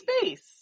space